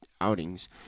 outings